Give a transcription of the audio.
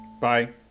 Bye